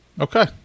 Okay